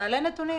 תעלה נתונים.